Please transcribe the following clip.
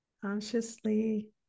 Consciously